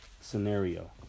scenario